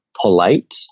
polite